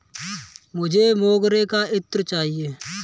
मुझे मोगरे का इत्र चाहिए